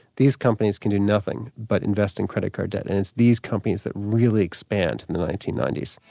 these companies can do nothing but invest in credit card debt, and it's these companies that really expand in the nineteen ninety s.